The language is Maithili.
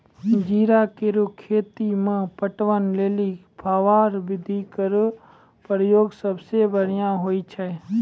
जीरा केरो खेती म पटवन लेलि फव्वारा विधि केरो प्रयोग सबसें बढ़ियां होय छै